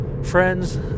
Friends